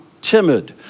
timid